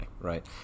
right